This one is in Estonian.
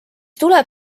tuleb